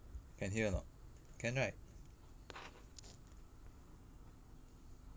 can hear or not can right